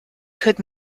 could